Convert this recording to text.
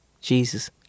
Jesus